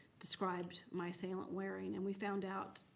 described my assailant wearing. and we found out,